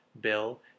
bill